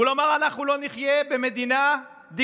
הוא לומר: אנחנו לא נחיה במדינה דיקטטורית.